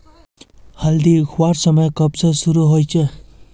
हल्दी उखरवार समय कब से शुरू होचए?